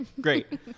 great